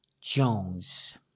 Jones